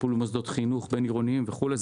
טיפול במוסדות חינוך בין-עירוניים וכולי.